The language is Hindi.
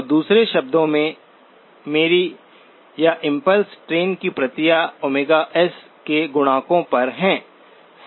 तो दूसरे शब्दों में मेरी या इम्पल्स ट्रेन की प्रतियां s के गुणकों पर हैं